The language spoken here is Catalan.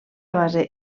base